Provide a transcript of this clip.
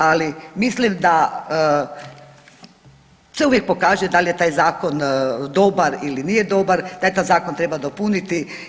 Ali mislim da se uvijek pokaže da li je taj zakon dobar ili nije dobar, da taj zakon treba dopuniti.